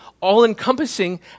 all-encompassing